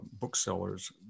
booksellers